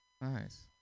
Nice